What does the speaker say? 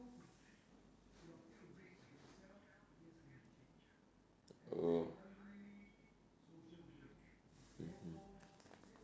oh mmhmm